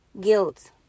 guilt